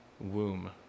womb